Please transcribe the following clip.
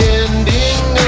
ending